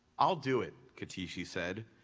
i'll do it, katishi said,